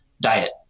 diet